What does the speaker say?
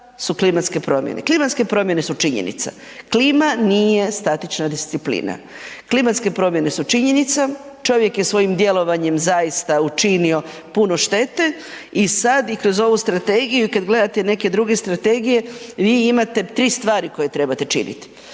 Klimatske promjene su činjenica. Klima nije statična disciplina. Klimatske promjene su činjenica, čovjek je svojim djelovanjem zaista učinio puno štete i sad i kroz ovu Strategiju i kad gledate neke druge strategije, vi imate 3 stvari koje trebate činiti.